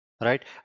right